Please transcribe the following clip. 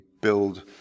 build